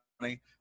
money